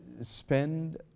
spend